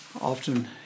often